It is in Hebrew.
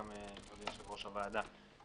אדוני יושב-ראש הוועדה,